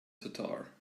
tatar